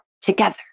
together